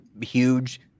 huge